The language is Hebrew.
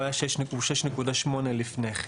והוא 6.8 אגורות לפני מע"מ.